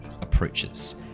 approaches